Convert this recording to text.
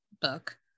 book